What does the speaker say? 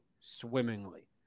swimmingly